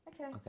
Okay